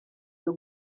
cyo